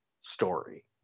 story